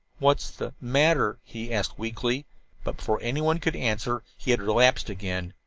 what's the matter? he asked weakly but before anyone could answer he had relapsed again,